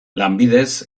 lanbidez